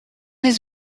his